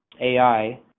AI